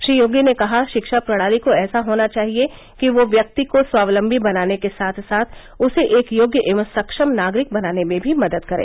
श्री योगी ने कहा शिक्षा प्रणाली को ऐसा होना चाहिए कि वह व्यक्ति को स्वावलम्बी बनाने के साथ साथ उसे एक योग्य एवं सक्षम नागरिक बनाने में भी मदद करे